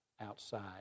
outside